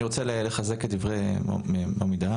אני רוצה לחזק את דברי מומי דהן,